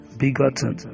begotten